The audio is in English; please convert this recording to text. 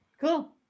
Cool